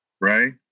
right